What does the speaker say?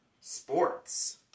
sports